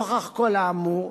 נוכח כל האמור,